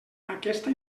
aquesta